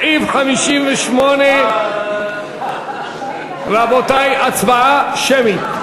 סעיף 58, רבותי, הצבעה שמית.